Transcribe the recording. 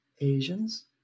Asians